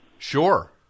Sure